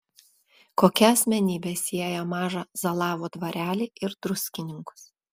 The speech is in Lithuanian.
kokia asmenybė sieja mažą zalavo dvarelį ir druskininkus